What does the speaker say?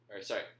Sorry